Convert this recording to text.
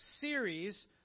series